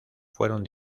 fueron